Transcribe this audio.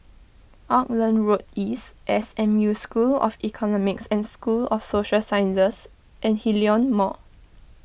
Auckland Road East S M U School of Economics and School of Social Sciences and Hillion Mall